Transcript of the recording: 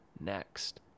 next